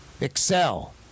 excel